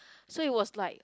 so it was like